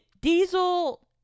diesel